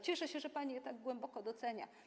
Cieszę się, że pani je tak głęboko docenia.